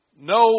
No